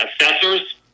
assessors